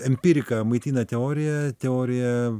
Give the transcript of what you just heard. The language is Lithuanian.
empiriką maitina teorija teorija